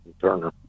Turner